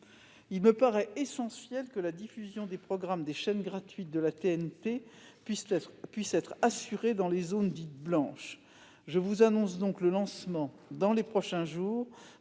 il me paraît essentiel que la diffusion des programmes des chaînes gratuites de la TNT puisse être assurée dans les zones dites blanches. Je vous annonce donc le lancement, dans les prochains jours,